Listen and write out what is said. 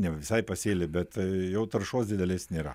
ne visai pasėly bet jau taršos didelės nėra